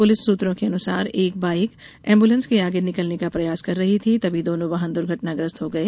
police सूत्रों के अनुसार एक बाइक एंब्रेलेंस से आगे निकलने का प्रयास कर रही थी तभी दोनों वाहन दुर्घटनाग्रस्त हो गए